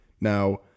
Now